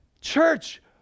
church